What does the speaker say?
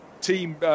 team